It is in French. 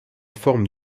forme